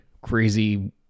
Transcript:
crazy